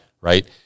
right